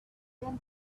then